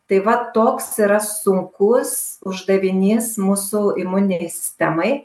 tai va toks yra sunkus uždavinys mūsų imuninei sistemai